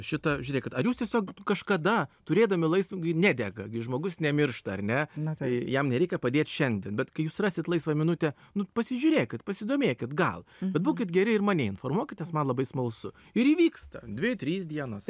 šita žiūrėkit ar jūs tiesiog kažkada turėdami laisvą gi nedega gi žmogus nemiršta ar ne jam nereikia padėt šiandien bet kai jūs rasit laisvą minutę nu pasižiūrėkit pasidomėkit gal bet būkit geri ir mane informuokit nes man labai smalsu ir įvyksta dvi trys dienos